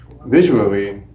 visually